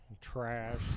Trash